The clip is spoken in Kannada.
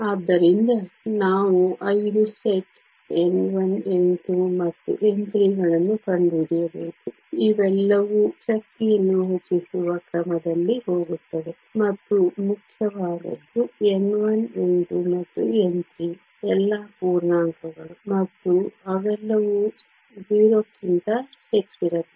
ಆದ್ದರಿಂದ ನಾವು 5 ಸೆಟ್ n1 n2 ಮತ್ತು n3 ಗಳನ್ನು ಕಂಡುಹಿಡಿಯಬೇಕು ಇವೆಲ್ಲವೂ ಶಕ್ತಿಯನ್ನು ಹೆಚ್ಚಿಸುವ ಕ್ರಮದಲ್ಲಿ ಹೋಗುತ್ತವೆ ಮತ್ತು ಮುಖ್ಯವಾದದ್ದು n1 n2 ಮತ್ತು n3 ಎಲ್ಲಾ ಪೂರ್ಣಾಂಕಗಳು ಮತ್ತು ಅವೆಲ್ಲವೂ 0 ಕ್ಕಿಂತ ಹೆಚ್ಚಿರಬೇಕು